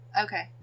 okay